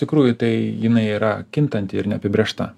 tikrųjų tai jinai yra kintanti ir neapibrėžta